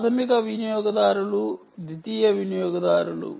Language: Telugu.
ప్రాధమిక వినియోగదారులు ద్వితీయ వినియోగదారులు